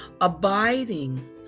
Abiding